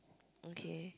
okay